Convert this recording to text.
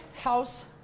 house